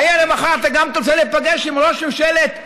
האם מחר אתה גם תרצה להיפגש עם ראש ממשלת פולין?